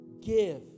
Give